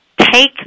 take